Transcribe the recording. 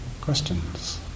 questions